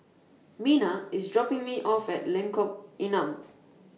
Mena IS dropping Me off At Lengkok Enam